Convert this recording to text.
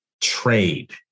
trade